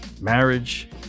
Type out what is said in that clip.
marriage